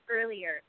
earlier